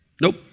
Nope